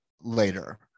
later